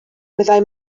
meddai